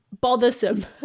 bothersome